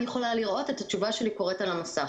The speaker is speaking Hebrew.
יכולה לראות את התשובה שלי על המסך.